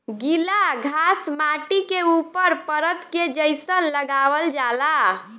गिला घास माटी के ऊपर परत के जइसन लगावल जाला